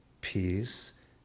peace